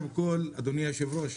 אדוני היושב ראש,